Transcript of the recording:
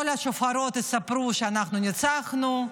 כל השופרות יספרו שאנחנו ניצחנו.